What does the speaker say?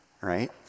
right